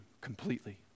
completely